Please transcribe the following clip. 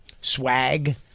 swag